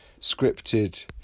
scripted